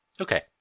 Okay